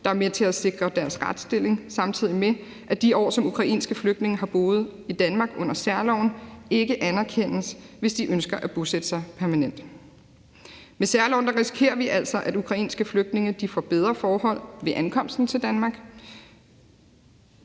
der er med til at sikre deres retsstilling, samtidig med at de år, som ukrainske flygtninge har boet i Danmark under særloven, ikke anerkendes, hvis de ønsker at bosætte sig permanent. Med særloven risikerer vi altså, at ukrainske flygtninge får bedre forhold ved ankomsten til Danmark,